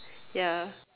ya